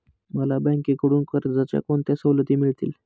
मला बँकेकडून कर्जाच्या कोणत्या सवलती मिळतील?